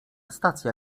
stacja